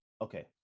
okay